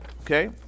Okay